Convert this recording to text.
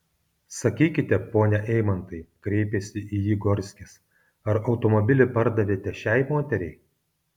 sakykite pone eimantai kreipėsi į jį gorskis ar automobilį pardavėte šiai moteriai